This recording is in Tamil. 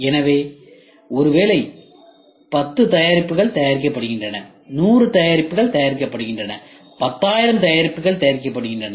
எனவே ஒருவேளையில் 10 தயாரிப்புகள் தயாரிக்கப்படுகின்றன 100 தயாரிப்புகள் தயாரிக்கப்படுகின்றன 10000 தயாரிப்புகள் தயாரிக்கப்படுகின்றன